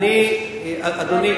אדוני,